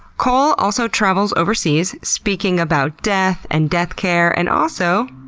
cole also travels overseas speaking about death and death care, and also,